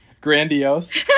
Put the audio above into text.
grandiose